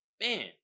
Man